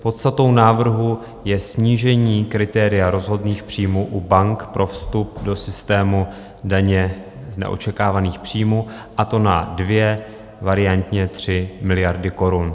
Podstatou návrhu je snížení kritéria rozhodných příjmů u bank pro vstup do systému daně z neočekávaných příjmů, a to na 2, variantně 3 miliardy korun.